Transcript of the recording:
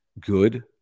good